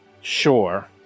Sure